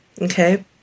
okay